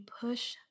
push